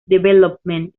development